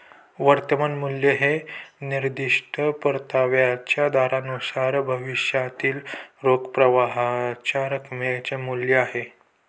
वर्तमान मूल्य हे निर्दिष्ट परताव्याच्या दरानुसार भविष्यातील रोख प्रवाहाच्या रकमेचे मूल्य आहे